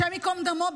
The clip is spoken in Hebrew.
השם ייקום דמו,